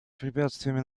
препятствиями